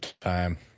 time